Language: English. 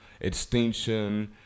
Extinction